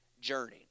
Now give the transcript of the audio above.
journey